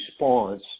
response